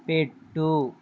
పెట్టు